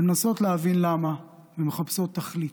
ומנסות להבין למה ומחפשות תכלית.